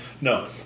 No